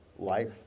Life